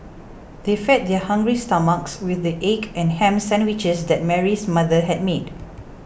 they fed their hungry stomachs with the egg and ham sandwiches that Mary's mother had made